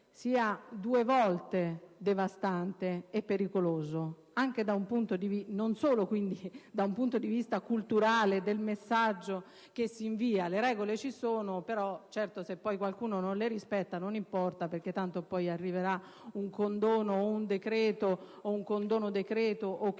sia due volte devastante e pericoloso, non solo quindi da un punto di vista culturale del messaggio che si invia (le regole ci sono, però, certo, se poi qualcuno non le rispetta non importa, perché tanto poi arriverà un condono, o un decreto, o un condono-decreto, o